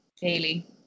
daily